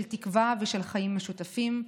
של תקווה ושל חיים משותפים,